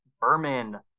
Berman